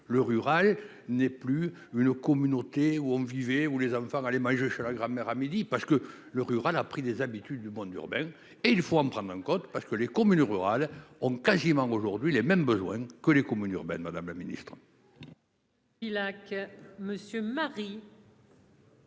le rural n'est plus une communauté où on vivait, où les enfants aller manger chez la grand-mère à midi parce que le rural a pris des habitudes du monde urbaine et il faut en prendre en compte parce que les communes rurales ont quasiment aujourd'hui les mêmes besoins que les communes urbaines, Madame la Ministre.